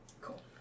Cool